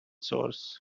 sores